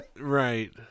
Right